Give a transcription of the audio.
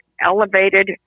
elevated